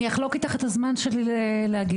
אני אחלוק איתך את הזמן שלי להגיב,